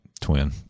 Twin